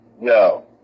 No